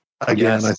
again